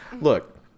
look